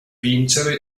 vincere